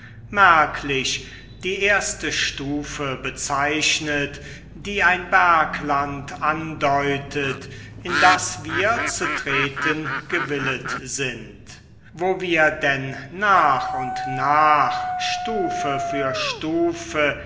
merklich die erste stufe bezeichnet die ein bergland andeutet in das wir zu treten gewillet sind wo wir denn nach und nach stufe für stufe